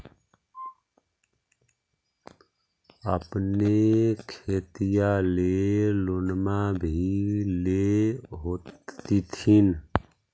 अपने खेतिया ले लोनमा भी ले होत्थिन?